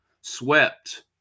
swept